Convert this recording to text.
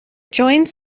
joins